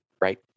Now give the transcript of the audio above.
right